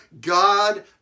God